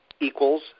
equals